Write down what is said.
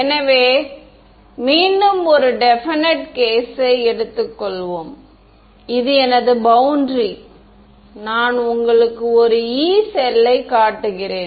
எனவே மீண்டும் ஒரு டெபினிட் கேஸ் யை எடுத்துக்கொள்வோம் இது எனது பௌண்டரி நான் உங்களுக்கு ஒரு Yee செல்லை யை காட்டுகிறேன்